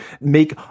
make